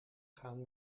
gaan